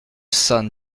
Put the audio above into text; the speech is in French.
cent